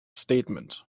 statement